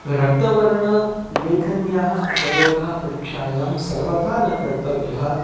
रक्तवर्णलेखन्याः उपयोगः परीक्षायां सर्वथा न कर्तव्यः